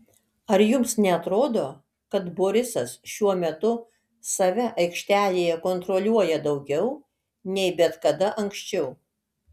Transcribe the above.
ar jums neatrodo kad borisas šiuo metu save aikštelėje kontroliuoja daugiau nei bet kada anksčiau